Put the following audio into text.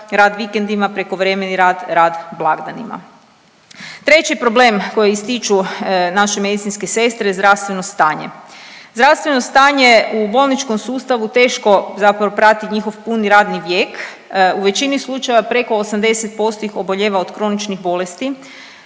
rad vikendima, prekovremeni rad, rad blagdanima. Treći problem koji ističu naše medicinske sestre je zdravstveno stanje. Zdravstveno stanje u bolničkom sustavu teško zapravo prati njihov puni radni vijek. U većini slučajeva preko 80% ih obolijeva od kroničnih bolesti,